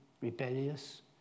rebellious